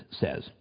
says